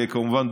כמובן,